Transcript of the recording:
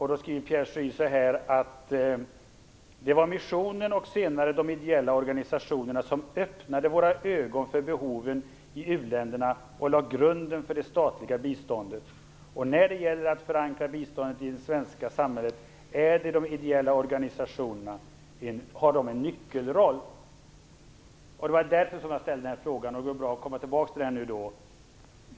Han skriver där: Det var missionen och senare de ideella organisationerna som öppnade våra ögon för behoven i u-länderna och lade grunden för det statliga biståndet, och när det gäller att förankra biståndet i det svenska samhället har de ideella organisationerna en nyckelroll. Jag vill så återkomma till den fråga jag ställde tidigare.